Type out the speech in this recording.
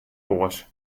oars